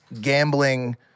gambling